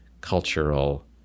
cultural